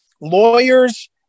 lawyers